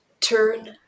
Turn